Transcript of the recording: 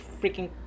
freaking